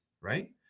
right